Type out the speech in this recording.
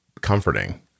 comforting